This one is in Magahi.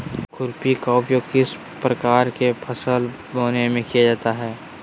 खुरपी का उपयोग किस प्रकार के फसल बोने में किया जाता है?